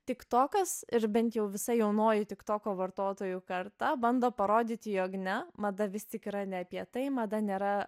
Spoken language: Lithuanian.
tiktokas ir bent jau visa jaunoji tiktoko vartotojų karta bando parodyti jog ne mada vis tik yra ne apie tai mada nėra